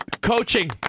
Coaching